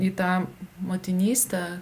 į tą motinystę